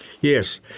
Yes